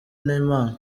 n’imana